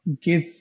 give